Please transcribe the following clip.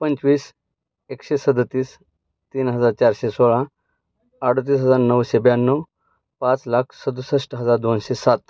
पंचवीस एकशे सदतीस तीन हजार चारशे सोळा अडोतीस हजार नऊशे ब्याण्णव पाच लाख सदुसष्ट हजार दोनशे सात